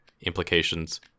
implications